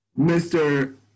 Mr